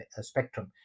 spectrum